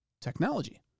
technology